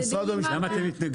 למה אתם מתנגדים?